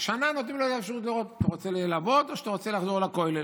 שנה נותנים לו אפשרות לראות: אתה רוצה לעבוד או אתה רוצה לחזור לכולל.